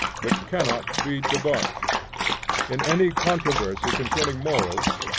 which cannot be debauched. in any controversy concerning morals,